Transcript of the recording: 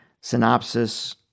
synopsis